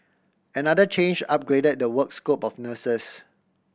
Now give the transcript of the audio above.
another change upgraded the work scope of nurses